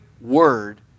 word